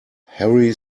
harry